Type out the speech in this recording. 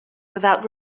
without